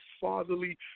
fatherly